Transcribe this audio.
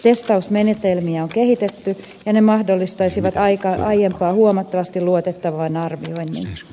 testausmenetelmiä on kehitetty ja ne mahdollistaisivat aiempaa huomattavasti luotettavamman arvioinnin